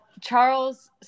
Charles